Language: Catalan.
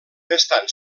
estan